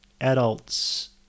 adults